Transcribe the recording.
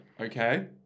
okay